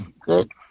good